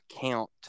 count